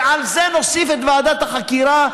ועל זה נוסיף את ועדת החקירה,